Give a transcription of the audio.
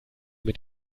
mit